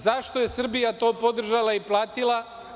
Zašto je Srbija to podržala i platila?